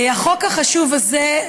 החוק החשוב הזה,